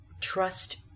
trust